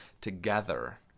together